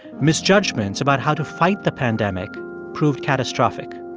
misjudgments about how to fight the pandemic proved catastrophic.